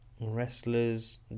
wrestlers